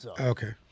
Okay